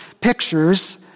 pictures